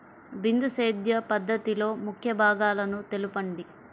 బిందు సేద్య పద్ధతిలో ముఖ్య భాగాలను తెలుపండి?